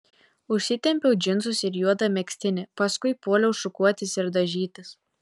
užsitempiau džinsus ir juodą megztinį paskui puoliau šukuotis ir dažytis